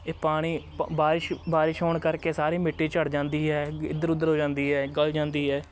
ਇਹ ਪਾਣੀ ਪ ਬਾਰਿਸ਼ ਬਾਰਿਸ਼ ਹੋਣ ਕਰਕੇ ਸਾਰੀ ਮਿੱਟੀ ਝੜ ਜਾਂਦੀ ਹੈ ਇੱਧਰ ਉੱਧਰ ਹੋ ਜਾਂਦੀ ਹੈ ਗਲ ਜਾਂਦੀ ਹੈ